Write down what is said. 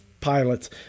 pilots